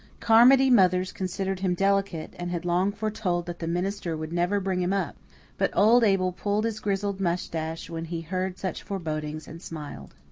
carmody mothers considered him delicate, and had long foretold that the minister would never bring him up but old abel pulled his grizzled moustache when he heard such forebodings and smiled.